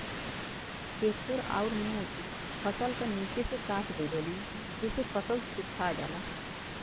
चेखुर अउर मुस फसल क निचे से काट देवेले जेसे फसल सुखा जाला